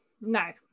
no